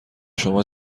شما